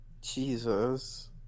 Jesus